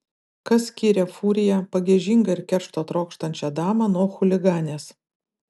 kas skiria furiją pagiežingą ir keršto trokštančią damą nuo chuliganės